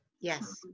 Yes